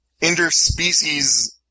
interspecies